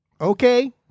okay